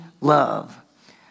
love